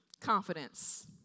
Confidence